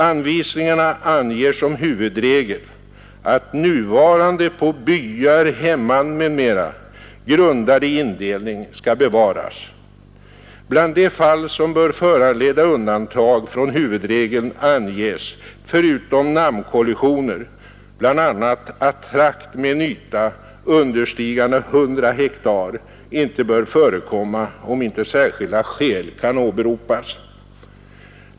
Anvisningarna anger som huvudregel att nuvarande på byar, hemman m.m. grundade indelning skall bevaras. Bland de fall som bör föranleda undantag från huvudregeln anges, förutom namnkollisioner, bl.a. att trakt med en yta understigande 100 hektar inte bör förekomma, om inte särskilda skäl kan åberopas.